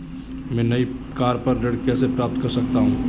मैं नई कार पर ऋण कैसे प्राप्त कर सकता हूँ?